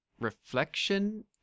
reflection